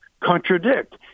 contradict